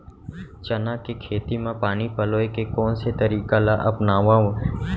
चना के खेती म पानी पलोय के कोन से तरीका ला अपनावव?